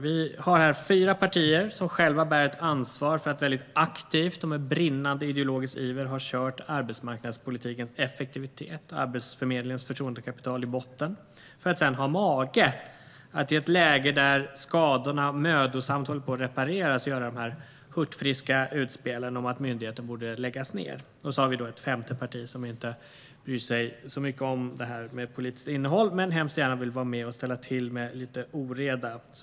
Vi har här fyra partier som själva bär ett ansvar för att väldigt aktivt och med brinnande ideologisk iver ha kört arbetsmarknadspolitikens effektivitet och Arbetsförmedlingens förtroendekapital i botten, för att sedan ha mage att i ett läge där skadorna mödosamt håller på att repareras göra hurtfriska utspel om att myndigheten borde läggas ned. Och så har vi ett femte parti, som inte bryr sig så mycket om det här med politiskt innehåll, men hemskt gärna vill vara med och ställa till med lite oreda.